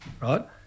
right